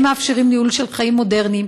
הם מאפשרים ניהול של חיים מודרניים,